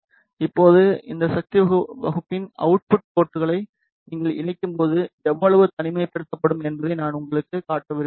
இப்போது இந்த சக்தி வகுப்பியின் அவுட்புட் போர்ட்களை நீங்கள் இணைக்கும்போது எவ்வளவு தனிமைப்படுத்தப்படும் என்பதை நான் உங்களுக்குக் காட்ட விரும்புகிறேன்